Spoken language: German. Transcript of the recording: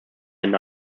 ein